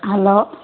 hello